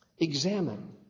examine